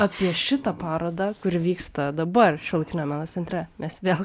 apie šitą parodą kuri vyksta dabar šiuolaikinio meno centre mes vėl